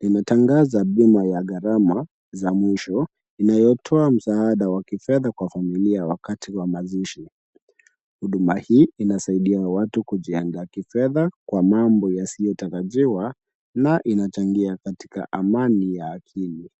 Imetangaza bima ya gharama za mwisho, inayotoa msaada wa kifedha kwa familia wakati wa mazishi. Huduma hii inasaidia watu kujiandaa kifedha kwa mambo yasiyotarajiwa na inachangia katika amani ya akili.